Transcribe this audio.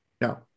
no